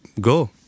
go